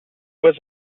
was